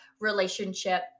relationship